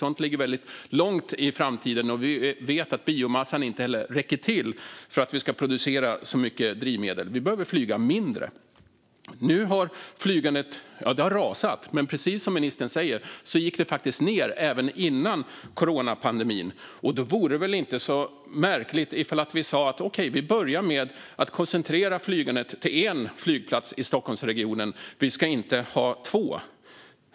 Sådant ligger väldigt långt in i framtiden, och vi vet också att biomassan inte räcker till för att vi ska kunna producera så mycket drivmedel. Vi behöver flyga mindre. Nu har flygandet rasat, men precis som ministern säger gick det faktiskt ned även före coronapandemin. Då vore det väl inte så märkligt om vi sa: Okej, vi börjar med att koncentrera flygandet till en flygplats i Stockholmsregionen. Vi ska inte ha två.